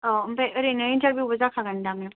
औ आमफाइ ओरैनो इनतारभिउबो जाखागोन दा मेम